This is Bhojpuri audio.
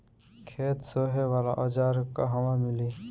खेत सोहे वाला औज़ार कहवा मिली?